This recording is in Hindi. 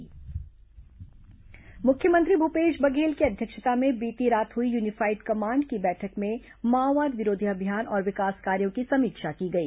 यूनिफाइड कमांड बैठक मुख्यमंत्री भूपेश बघेल की अध्यक्षता में बीती रात हुई यूनिफाइड कमांड की बैठक में माओवाद विरोधी अभियान और विकास कार्यों की समीक्षा की गई